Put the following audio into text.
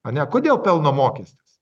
ane kodėl pelno mokestis